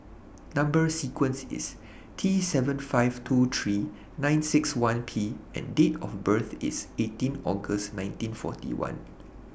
Number sequence IS T seven five two three nine six one P and Date of birth IS eighteen August nineteen forty one